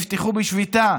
שהן יפתחו בשביתה,